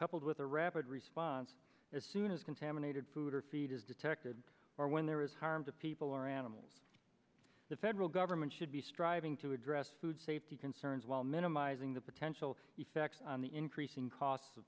coupled with a rapid response as soon as contaminated food or feed is detected or when there is harm to people or animals the federal government should be striving to address food safety concerns while minimizing the potential effects on the increasing costs